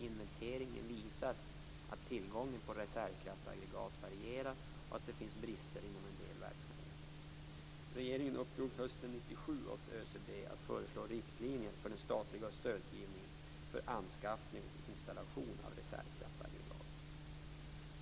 Inventeringen visar att tillgången på reservkraftaggregat varierar och att det finns brister inom en del verksamheter. Regeringen uppdrog hösten 1997 åt ÖCB att föreslå riktlinjer för den statliga stödgivningen för anskaffning och installation av reservkraftaggregat.